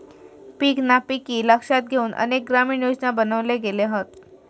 पीक नापिकी लक्षात घेउन अनेक ग्रामीण योजना बनवले गेले हत